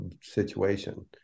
situation